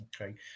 Okay